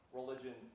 religion